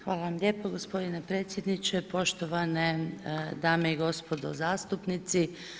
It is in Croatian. Hvala vam lijepa gospodine predsjedniče, poštovane dame i gospodo zastupnici.